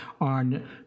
on